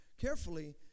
carefully